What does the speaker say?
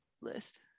list